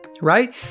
right